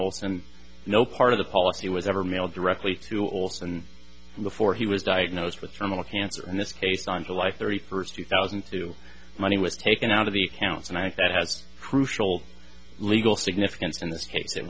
and no part of the policy was ever mailed directly to olsen before he was diagnosed with terminal cancer in this case on july thirty first two thousand and two money was taken out of the counts and i think that has crucial legal significance in this case it